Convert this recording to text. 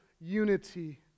unity